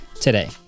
today